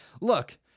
look